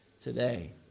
today